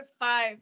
five